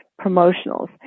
promotionals